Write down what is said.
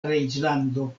reĝlando